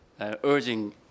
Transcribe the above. urging